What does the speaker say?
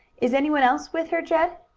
is anyone else with her, jed?